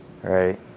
Right